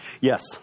Yes